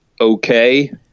okay